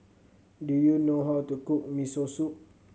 do you know how to cook Miso Soup